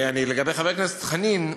לגבי חבר הכנסת חנין,